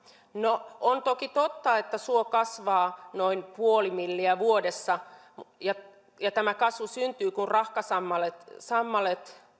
no on toki totta että suo kasvaa noin puoli milliä vuodessa ja ja tämä kasvu syntyy kun rahkasammalet